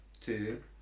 two